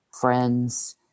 friends